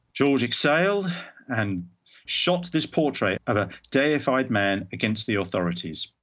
george exhaled and shot this portrait of a deified man against the authorities.